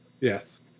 Yes